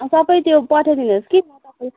सबै त्यो पठाई दिनुहोस् कि